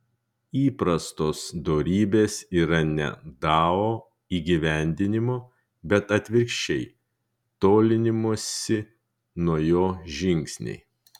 įprastos dorybės yra ne dao įgyvendinimo bet atvirkščiai tolinimosi nuo jo žingsniai